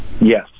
Yes